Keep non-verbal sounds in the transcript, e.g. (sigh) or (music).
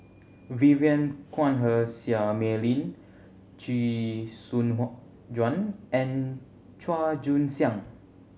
Vivien Quahe Seah Mei Lin Chee Soon (unintelligible) Juan and Chua Joon Siang